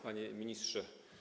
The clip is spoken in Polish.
Panie Ministrze!